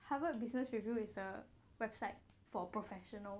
Harvard business review is a website for professional